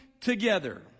together